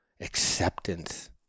acceptance